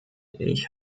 ich